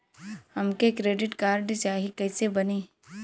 हमके credit card चाही कैसे बनी?